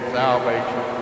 salvation